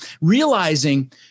realizing